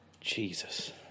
Jesus